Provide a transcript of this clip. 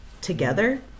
together